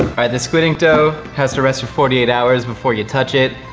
the squid ink dough has to rest for forty eight hours before you touch it,